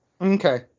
Okay